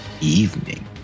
evening